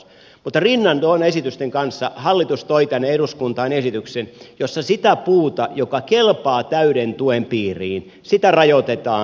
mutta rinnan noiden esitysten kanssa hallitus toi tänne eduskuntaan esityksen jossa sitä puuta joka kelpaa täyden tuen piiriin rajoitetaan